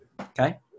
Okay